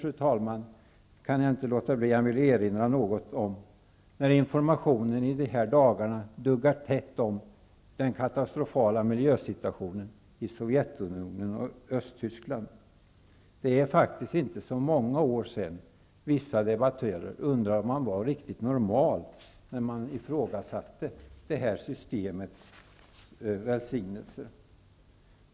Slutligen kan jag inte låta bli att erinra något om -- när informationen i dessa dagar duggar tätt om den katastrofala miljösituationen i det forna Sovjetunionen och Östtyskland -- att det faktiskt inte är så många år sedan vissa debattörer undrade om man var riktigt normal när man ifrågasatte det systemets välsignelser.